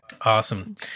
awesome